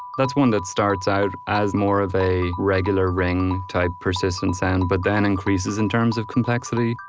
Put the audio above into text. that's one that starts out as more of a regular ring-type persistent sound, but then increases in terms of complexity,